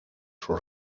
sus